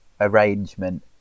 arrangement